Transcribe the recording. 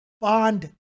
bond